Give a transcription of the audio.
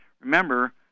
remember